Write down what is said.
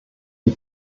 die